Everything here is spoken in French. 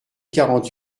quarante